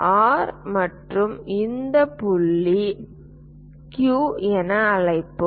R மற்றும் இந்த புள்ளியை Q என அழைப்போம்